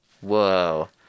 Whoa